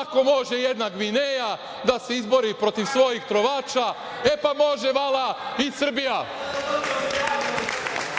Ako može jedna Gvineja da se izbori protiv svojih trovača, e pa može vala i Srbija.Za